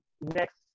next